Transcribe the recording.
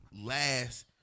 last